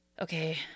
okay